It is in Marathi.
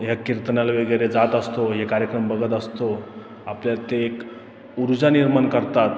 ह्या कीर्तनाला वगैरे जात असतो हे कार्यक्रम बघत असतो आपल्यात ते एक ऊर्जा निर्माण करतात